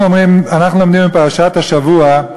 אנחנו לומדים בפרשת השבוע: